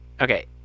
Okay